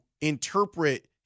interpret